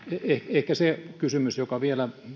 ehkä se kysymys joka vielä